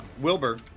Wilbur